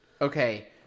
Okay